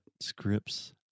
scripts